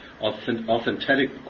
authentic